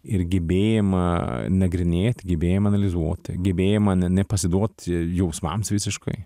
ir gebėjimą nagrinėti gebėjimą analizuoti gebėjimą ne nepasiduoti jausmams visiškai